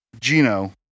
Gino